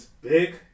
big